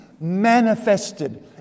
manifested